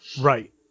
Right